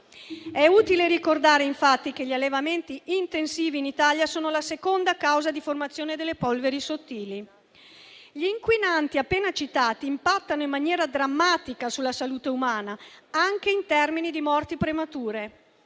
È utile ricordare, infatti, che gli allevamenti intensivi in Italia sono la seconda causa di formazione delle polveri sottili. Gli inquinanti appena citati impattano in maniera drammatica sulla salute umana, anche in termini di morti premature.